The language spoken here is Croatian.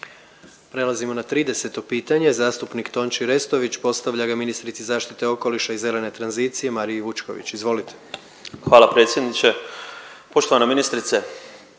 Prelazimo na 30. pitanje, zastupnik Tonči Restović postavlja ga ministrici zaštite okoliša i zelene tranzicije Mariji Vučković, izvolite. **Restović, Tonči